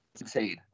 Insane